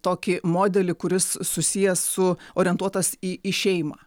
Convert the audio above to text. tokį modelį kuris susijęs su orientuotas į į šeimą